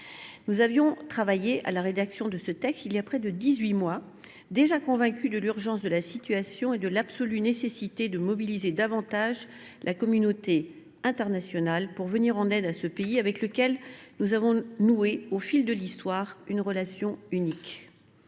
Nous avions travaillé à la rédaction de ce texte il y a plus de dix huit mois, déjà convaincus de l’urgence de la situation et de l’absolue nécessité de mobiliser davantage la communauté internationale pour venir en aide à ce pays avec lequel nous avons noué, au fil de l’histoire, une relation unique.